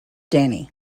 danny